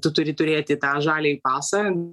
tu turi turėti tą žaliąjį pasą